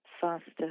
faster